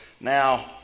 Now